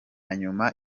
nyuma